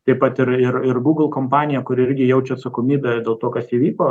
taip pat ir ir ir google kompanija kuri irgi jaučia atsakomybę dėl to kas įvyko